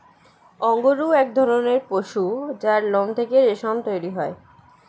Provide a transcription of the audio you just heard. অঙ্গরূহ এক ধরণের পশু যার লোম থেকে রেশম তৈরি হয়